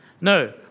No